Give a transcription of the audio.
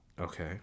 Okay